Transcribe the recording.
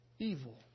evil